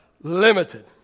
limited